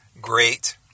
great